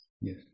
yes